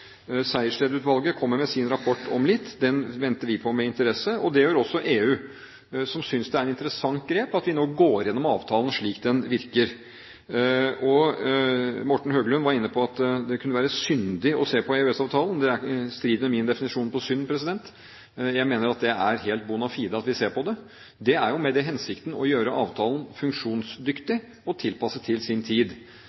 kommer med sin rapport om litt. Den venter vi på med interesse. Det gjør også EU, som synes det er et interessant grep at vi nå går igjennom avtalen slik den virker. Morten Høglund var inne på at det kunne være «syndig» å se på EØS-avtalen – det strider mot min definisjon av synd. Jeg mener at det er helt bona fide at vi ser på det. Det er jo i den hensikt å gjøre avtalen funksjonsdyktig